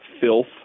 filth